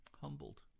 humbled